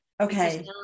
Okay